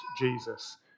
Jesus